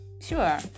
Sure